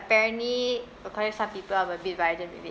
apparently according to some people I'm a bit violent with it